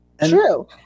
true